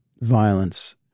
violence